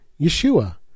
Yeshua